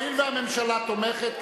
הואיל והממשלה תומכת,